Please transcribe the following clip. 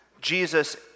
Jesus